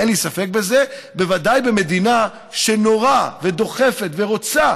אין לי ספק בזה, בוודאי במדינה שנורא דוחפת ורוצה